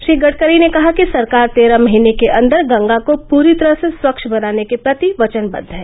श्री गडकरी ने कहा कि सरकार तेरह महीने के अन्दर गंगा को पूरी तरह स्वच्छ बनाने के प्रति वचनबद्व है